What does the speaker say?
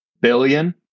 billion